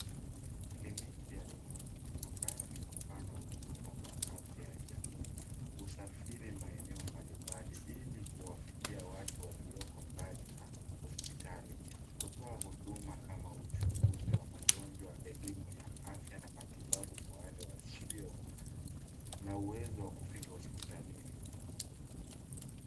Kliniki ya rununu ambayo ni mfano wa huduma za afya ya jamii, husafiri maeneo mbalimbali ili kuwafikia watu walioko mbali na hospitali, kutoa huduma kama uchunguzi wa magonjwa, elimu ya afya na matibabu kwa wale wasio na uwezo wa kufika hospitalini.